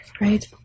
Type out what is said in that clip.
Right